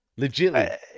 Legitly